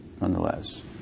nonetheless